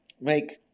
make